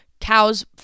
cow's